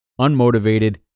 unmotivated